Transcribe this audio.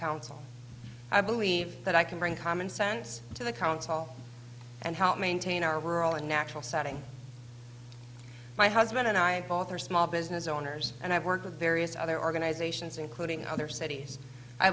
council i believe that i can bring common sense to the council and help maintain our rural and natural setting my husband and i both are small business owners and i work with various other organizations including other cities i